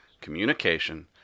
communication